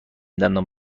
دندان